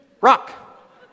rock